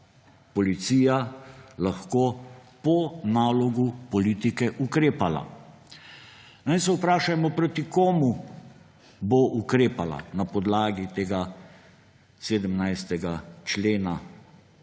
policija lahko po nalogu politike ukrepala. Vprašajmo se, proti komu bo ukrepala na podlagi tega 17. člena,